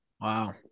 Wow